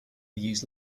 use